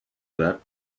that